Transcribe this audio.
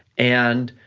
and